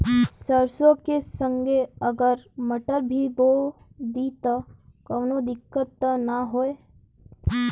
सरसो के संगे अगर मटर भी बो दी त कवनो दिक्कत त ना होय?